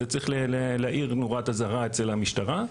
זה צריך להעיר נורת אזהרה אצל המשטרה,